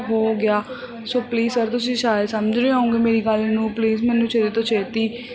ਹੋ ਗਿਆ so please sir ਤੁਸੀਂ ਸ਼ਾਇਦ ਸਮਝ ਰਹੇ ਹੋਗੇ ਮੇਰੀ ਗੱਲ ਨੂੰ ਪਲੀਜ਼ ਮੈਨੂੰ ਛੇਤੀ ਤੋਂ ਛੇਤੀ